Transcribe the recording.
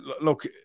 look